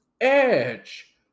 Edge